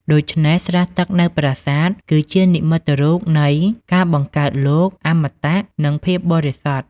ដូច្នេះ ស្រះទឹកនៅប្រាសាទ គឺជានិមិត្តរូបនៃ ការបង្កើតលោក អមតៈ និងភាពបរិសុទ្ធ។